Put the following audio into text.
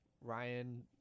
ryan